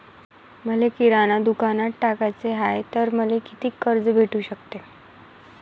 मले किराणा दुकानात टाकाचे हाय तर मले कितीक कर्ज भेटू सकते?